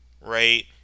right